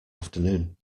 afternoon